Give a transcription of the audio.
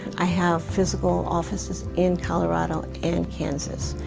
i have physical offices in colorado and kansas.